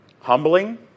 Humbling